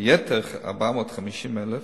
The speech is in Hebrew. ויתר ה-450,000